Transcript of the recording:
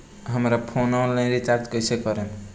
हमार phone online recharge कईसे करेम?